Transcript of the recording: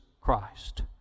Christ